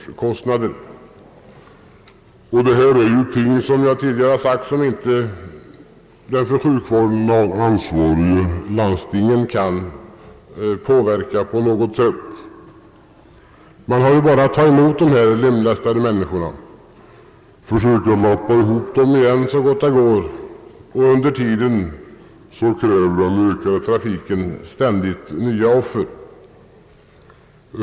Som jag tidigare sagt är detta förhållanden som de för sjukvården ansvariga landstingen inte kan påverka på något sätt. Man har bara att ta emot dessa lemlästade människor och försöka lappa ihop dem igen så gott det går. Under tiden kräver den ökade trafiken ständigt nya offer.